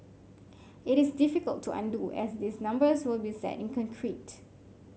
it is difficult to undo as these numbers will be set in concrete